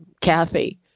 Kathy